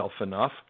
enough